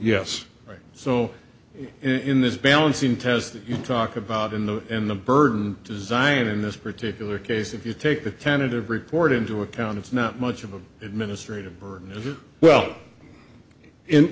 yes so in this balancing test that you talk about in the in the burden design in this particular case if you take that tentative report into account it's not much of an administrative burden as well in